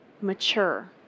mature